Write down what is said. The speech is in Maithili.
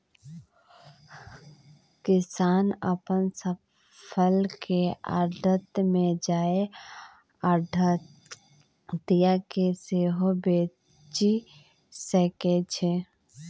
किसान अपन फसल केँ आढ़त मे जाए आढ़तिया केँ सेहो बेचि सकै छै